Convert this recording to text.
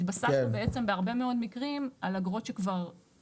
התבססנו בעצם בהרבה מאוד מקרים על אגרות דומות.